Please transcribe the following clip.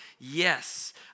yes